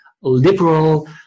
liberal